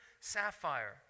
sapphire